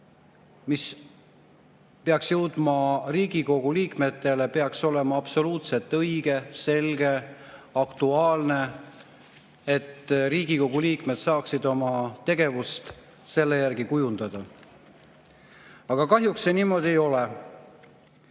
mis peaks jõudma Riigikogu liikmetele, peaks olema absoluutselt õige, selge, aktuaalne, et Riigikogu liikmed saaksid oma tegevust selle järgi kujundada. Aga kahjuks see nii ei ole.